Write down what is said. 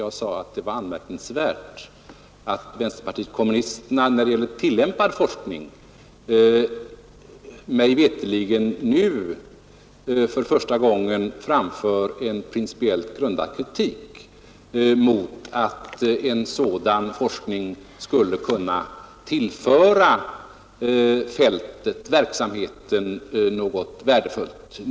Jag sade att det var anmärkningsvärt att vänsterpartiet kommunisterna när det gäller tilläm pad forskning mig veterligen nu för första gången framför en principiellt grundad kritik mot att en sådan forskning skulle kunna tillföra verksamheten något värdefullt.